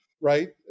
right